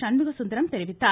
சண்முக சுந்தரம் தெரிவித்துள்ளார்